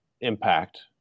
impact